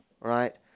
right